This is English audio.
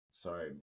Sorry